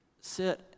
sit